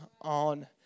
on